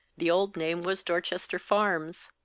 the old name was dorchester farms.